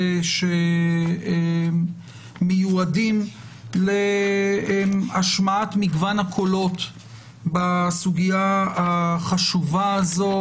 שמיועדים להשמעת מגוון הקולות בסוגיה החשובה הזו,